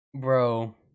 Bro